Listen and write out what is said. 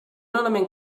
element